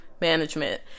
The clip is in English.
management